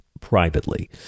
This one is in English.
privately